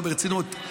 לא, ברצינות.